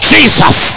Jesus